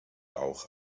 auch